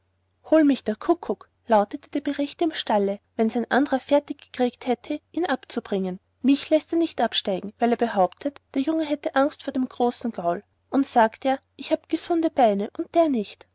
hol mich der kuckuck lautete der bericht im stalle wenn's ein andrer fertig gekriegt hätte ihn abzubringen mich läßt er nicht absteigen weil er behauptet der junge hätte angst vor dem großen gaul und sagt er ich hab gesunde beine und der nicht